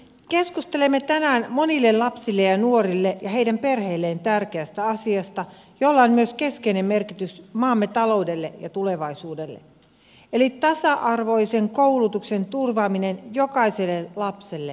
keskustelemme tänään monille lapsille ja nuorille ja heidän perheilleen tärkeästä asiasta jolla on myös keskeinen merkitys maamme taloudelle ja tulevaisuudelle eli tasa arvoisen koulutuksen turvaamisesta jokaiselle lapselle ja nuorelle